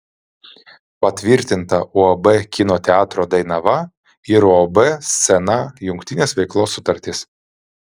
patvirtinta uab kino teatro dainava ir uab scena jungtinės veiklos sutartis